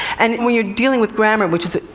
and and when you're dealing with grammar, which is,